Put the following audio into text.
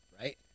Right